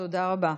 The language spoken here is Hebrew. תודה רבה.